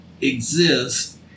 exist